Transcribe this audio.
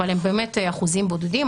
אבל הם באמת אחוזים בודדים.